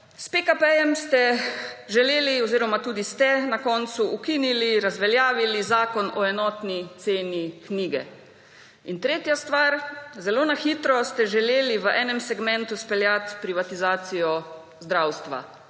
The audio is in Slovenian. S pekapejem ste želeli oziroma tudi ste na koncu ukinili, razveljavili Zakon o enotni ceni knjige. In tretja stvar, zelo na hitro ste želeli v enem segmentu speljati privatizacijo zdravstva.